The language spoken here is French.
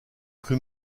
cru